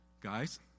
Guys